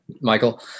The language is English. Michael